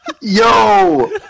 Yo